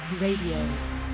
Radio